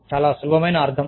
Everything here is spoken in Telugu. చాలా సులభమైన అర్థం